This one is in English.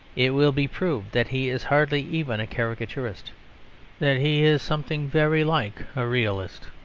it will be proved that he is hardly even a caricaturist that he is something very like a realist.